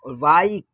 اور بائک